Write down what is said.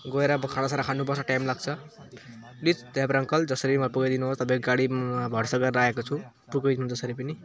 गएर बा खानासाना खानुपर्छ टाइम लाग्छ प्लिज त्यहाँबाट अङ्कल जसरी मलाई पुगाइदिनुहोस् तपाईँको गाडी भरोसा गरेर आएको छु पुगाइदिनु जसरी पनि